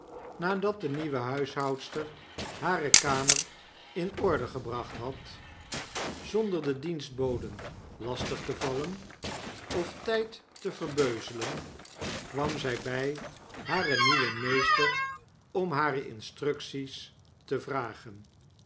nadat de nieuwe huishoudster hare kamer in orde gebracht had zonder de dienstboden lastig te vallen of tyd te verbeuzelen kwam zy bij haar nieuwen meester om hare instructies te vragen